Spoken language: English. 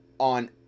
on